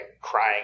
crying